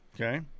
okay